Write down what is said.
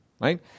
right